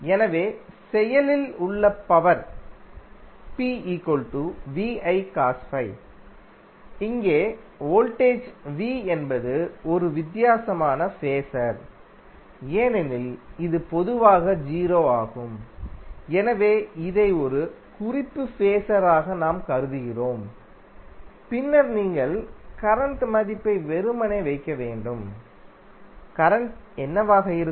எனவே செயலில் உள்ள power power P VI cos φ இங்கே வோல்டேஜ் V என்பது ஒரு வித்தியாசமான ஃபேஸர் ஏனெனில் இது பொதுவாக 0 ஆகும் எனவே இதை ஒரு குறிப்பு ஃபேஸர் ஆக நாம் கருதுகிறோம் பின்னர் நீங்கள் கரண்ட் மதிப்பை வெறுமனே வைக்க வேண்டும் கரண்ட் என்னவாக இருக்கும்